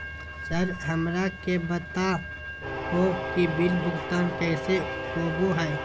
Sir हमरा के बता हो कि बिल भुगतान कैसे होबो है?